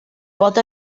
pot